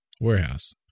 warehouse